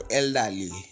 elderly